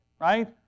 right